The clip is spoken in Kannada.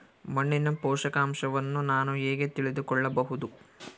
ಮಣ್ಣಿನ ಪೋಷಕಾಂಶವನ್ನು ನಾನು ಹೇಗೆ ತಿಳಿದುಕೊಳ್ಳಬಹುದು?